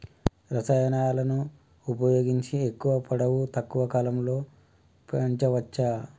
రసాయనాలను ఉపయోగించి ఎక్కువ పొడవు తక్కువ కాలంలో పెంచవచ్చా?